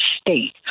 state